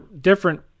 different